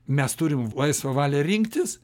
mes turim laisvą valią rinktis